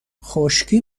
خشکی